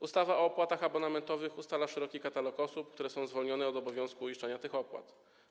Ustawa o opłatach abonamentowych ustala szeroki katalog osób, które są zwolnione z obowiązku uiszczania tych opłat.